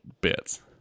bits